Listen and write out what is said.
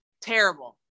terrible